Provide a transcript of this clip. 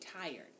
tired